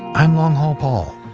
i'm long haul paul.